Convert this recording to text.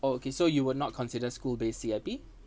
oh okay so you will not consider school based C_I_P